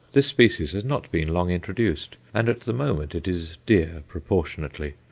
this species has not been long introduced, and at the moment it is dear proportionately.